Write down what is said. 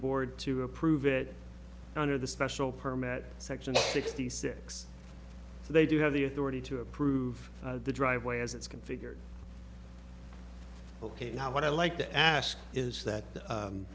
board to approve it under the special permit section sixty six so they do have the authority to approve the driveway as it's configured ok now what i'd like to ask is that